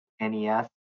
NES